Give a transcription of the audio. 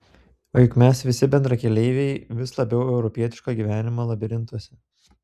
o juk mes visi bendrakeleiviai vis labiau europietiško gyvenimo labirintuose